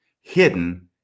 hidden